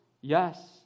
Yes